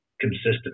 consistent